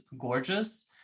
gorgeous